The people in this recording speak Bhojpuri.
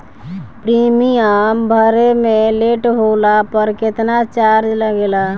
प्रीमियम भरे मे लेट होला पर केतना चार्ज लागेला?